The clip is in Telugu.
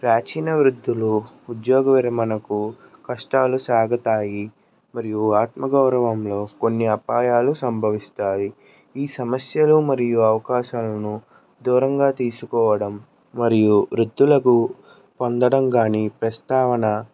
ప్రాచీన వృత్తులు ఉద్యోగ విరమణకు కష్టాలు సాగుతాయి మరియు ఆత్మగౌరవంలో కొన్ని అపాయాలు సంభవిస్తాయి ఈ సమస్యను మరియు అవకాశాలను దూరంగా తీసుకోవడం మరియు వృద్ధులకు పొందడం కానీ ప్రస్తావన